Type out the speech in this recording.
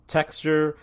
Texture